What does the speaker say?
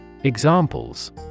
Examples